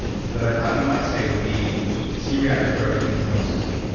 that i thought you might say would be c-reactive protein and homocysteine.